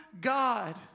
God